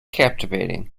captivating